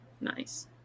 Nice